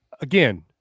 again